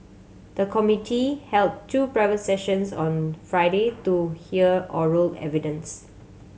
the committee held two private sessions on Friday to hear oral evidence